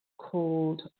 called